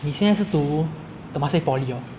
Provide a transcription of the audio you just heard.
你现是读 temasek poly orh